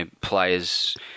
players